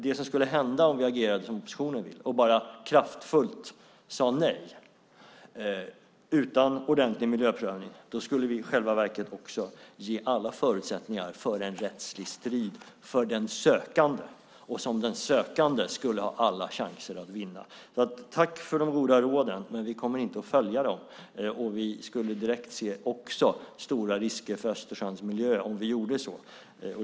Det som skulle hända om vi agerade som oppositionen vill och bara kraftfullt sade nej utan egentlig miljöprövning skulle vi också ge den sökande alla förutsättningar för en rättslig strid som den sökande skulle ha alla chanser att vinna. Tack för de goda råden, men vi kommer inte att följa dem. Vi skulle också direkt se stora risker för Östersjöns miljö om vi skulle följa dem.